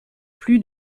plus